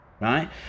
Right